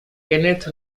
kenneth